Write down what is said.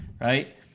right